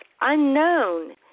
unknown